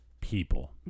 People